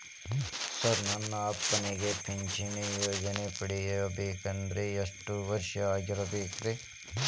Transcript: Sir ನನ್ನ ಅಪ್ಪನಿಗೆ ಪಿಂಚಿಣಿ ಯೋಜನೆ ಪಡೆಯಬೇಕಂದ್ರೆ ಎಷ್ಟು ವರ್ಷಾಗಿರಬೇಕ್ರಿ?